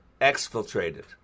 exfiltrated